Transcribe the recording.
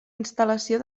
instal·lació